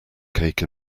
cake